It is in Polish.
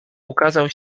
ukazał